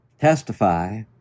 testify